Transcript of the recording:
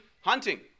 hunting